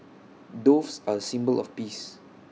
doves are A symbol of peace